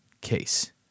case